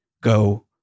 go